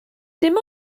dim